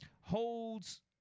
holds